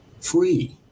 free